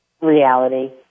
reality